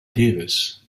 davies